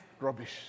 rubbish